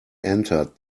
entered